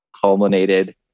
culminated